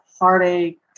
heartache